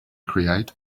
create